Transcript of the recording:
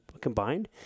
combined